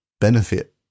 benefit